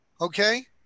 okay